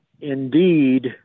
indeed